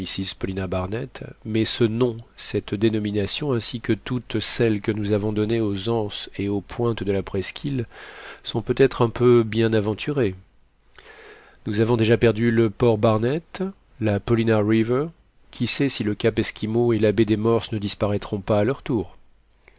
mrs paulina barnett mais ce nom cette dénomination ainsi que toutes celles que nous avons données aux anses et aux pointes de la presqu'île sont peut-être un peu bien aventurés nous avons déjà perdu le port barnett la paulina river qui sait si le cap esquimau et la baie des morses ne disparaîtront pas à leur tour